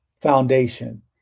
Foundation